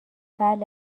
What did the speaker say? بله